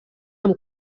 amb